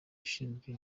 ushinzwe